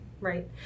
right